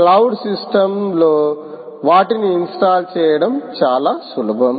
cloud సిస్టమ్లో వాటిని install చేయడం చాలా సులభం